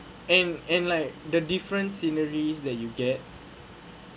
and and like the different sceneries that you get